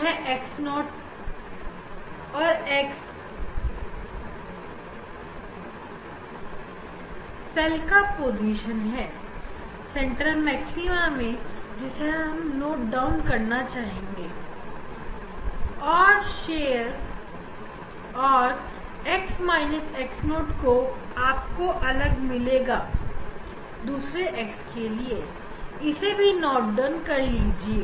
यह x है और x 0 तेल का पोजीशन है सेंट्रल मैक्सिमा में जिसे हमें नोट डाउन करना चाहिए और शेर x x0 आपको मिलेगा दूसरे x के लिए इसे भी नोट डाउन कर लीजिए